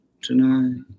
tonight